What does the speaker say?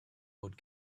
old